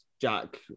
Jack